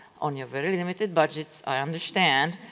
on your very limited budgets, i understand,